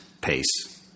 pace